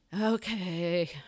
okay